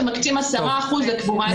שמקצים 10% לקבורה אזרחית.